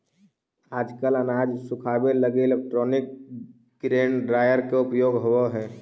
आजकल अनाज सुखावे लगी इलैक्ट्रोनिक ग्रेन ड्रॉयर के उपयोग होवऽ हई